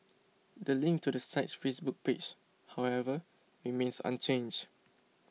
the link to the site's Facebook page however remains unchanged